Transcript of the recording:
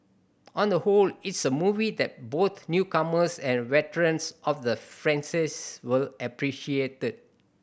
on the whole it's a movie that both newcomers and veterans of the will appreciate